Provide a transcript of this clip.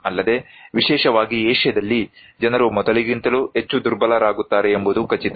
ಅಲ್ಲದೆ ವಿಶೇಷವಾಗಿ ಏಷ್ಯಾದಲ್ಲಿ ಜನರು ಮೊದಲಿಗಿಂತಲೂ ಹೆಚ್ಚು ದುರ್ಬಲರಾಗುತ್ತಾರೆ ಎಂಬುದು ಖಚಿತ